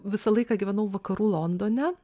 visą laiką gyvenau vakarų londone